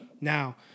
Now